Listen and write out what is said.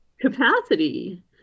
capacity